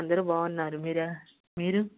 అందరు బాగున్నారు మీరా మీరు